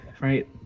right